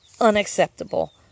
unacceptable